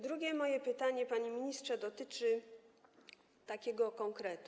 Drugie moje pytanie, panie ministrze, dotyczy konkretu.